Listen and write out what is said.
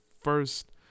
first